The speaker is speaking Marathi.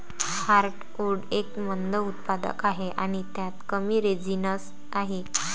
हार्टवुड एक मंद उत्पादक आहे आणि त्यात कमी रेझिनस आहे